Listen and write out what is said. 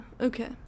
okay